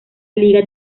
liga